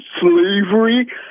slavery